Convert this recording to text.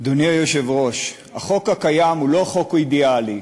אדוני היושב-ראש, החוק הקיים הוא לא חוק אידיאלי.